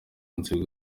ubutunzi